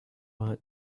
want